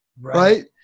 right